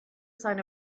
sign